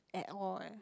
at all eh